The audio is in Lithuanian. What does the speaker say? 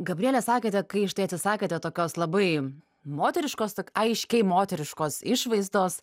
gabriele sakėte kai štai atsisakėte tokios labai moteriškos tok aiškiai moteriškos išvaizdos